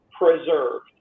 preserved